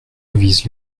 vise